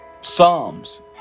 Psalms